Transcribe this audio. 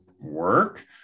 work